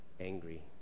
angry